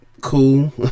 cool